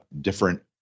different